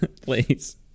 please